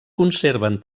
conserven